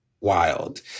wild